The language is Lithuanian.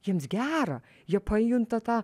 jiems gera jie pajunta tą